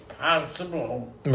possible